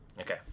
Okay